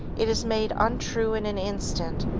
it is made untrue in an instant,